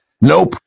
Nope